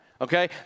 okay